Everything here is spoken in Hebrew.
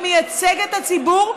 כמייצגת הציבור,